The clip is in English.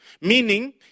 Meaning